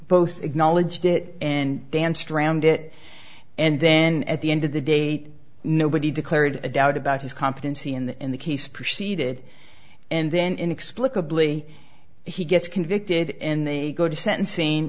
both acknowledged it and danced around it and then at the end of the day nobody declared a doubt about his competency in the in the case proceeded and then inexplicably he gets convicted and they go to sentencing